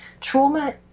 trauma